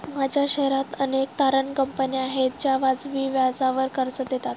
माझ्या शहरात अनेक तारण कंपन्या आहेत ज्या वाजवी व्याजावर कर्ज देतात